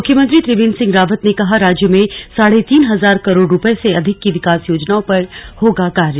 मुख्यमंत्री त्रिवेंद्र सिंह रावत ने कहा राज्य में साढ़े तीन हजार करोड़ रुपये से अधिक की विकास योजनाओं पर होगा कार्य